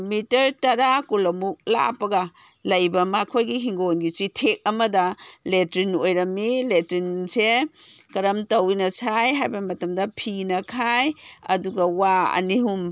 metre ꯇꯔꯥ ꯀꯨꯟꯃꯨꯛ ꯂꯥꯞꯄꯒ ꯂꯩꯕ ꯑꯃ ꯃꯈꯣꯏꯒꯤ ꯍꯤꯡꯒꯣꯟꯒꯤ ꯆꯤꯊꯤꯛ ꯑꯃꯗ ꯂꯦꯇ꯭ꯔꯤꯟ ꯑꯣꯏꯔꯝꯏ ꯂꯦꯇ꯭ꯔꯤꯟꯁꯦ ꯀꯔꯝ ꯇꯧꯅ ꯁꯥꯏ ꯍꯥꯏꯕ ꯃꯇꯝꯗ ꯐꯤꯅ ꯈꯥꯏ ꯑꯗꯨꯒ ꯋꯥ ꯑꯅꯤꯍꯨꯝ